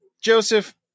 Joseph